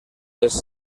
les